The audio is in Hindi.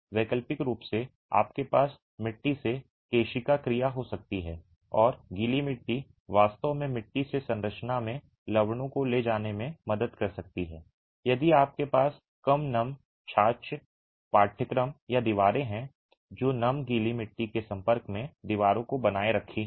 वैकल्पिक रूप से आपके पास मिट्टी से केशिका क्रिया हो सकती है और गीली मिट्टी वास्तव में मिट्टी से संरचना में लवणों को ले जाने में मदद कर सकती है यदि आपके पास कम नम साक्ष्य पाठ्यक्रम या दीवारें हैं जो नम गीली मिट्टी के संपर्क में दीवारों को बनाए रख रही हैं